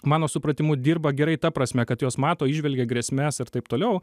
mano supratimu dirba gerai ta prasme kad jos mato įžvelgia grėsmes ir taip toliau